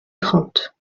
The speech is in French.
trente